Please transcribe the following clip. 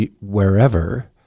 wherever